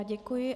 Děkuji.